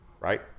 right